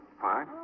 Fine